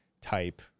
type